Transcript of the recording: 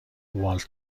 والت